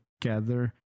together